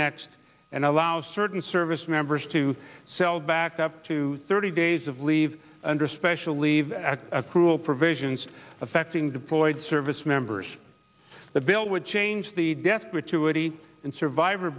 next and allow certain service members to sell back up to thirty days of leave under special leave accrual provisions affecting deployed service members the bill would change the death gratuity and survivor